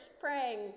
praying